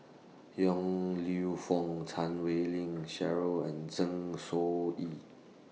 Yong Lew Foong Chan Wei Ling Cheryl and Zeng Shouyin